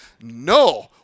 No